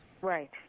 right